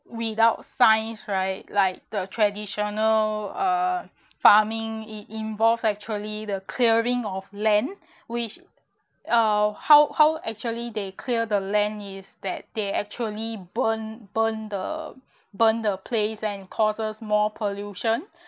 without science right like the traditional farming in~ involves actually the clearing of land which uh how how actually they clear the land is that they actually burn burn the burn the place and causes more pollution